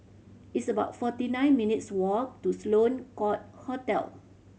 it's about forty nine minutes' walk to Sloane Court Hotel